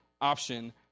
option